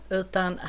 utan